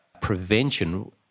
prevention